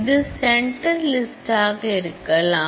இது centre list ஆக இருக்கலாம்